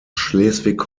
schleswig